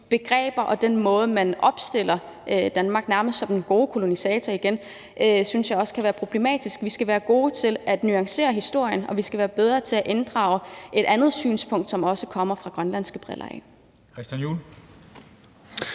bruger, og den måde, man igen opstiller Danmark på nærmest som den gode kolonisator, også kan være problematisk. Vi skal være gode til at nuancere historien, og vi skal være bedre til at inddrage et andet synspunkt, som det ses med grønlandske briller. Kl.